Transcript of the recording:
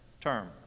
Term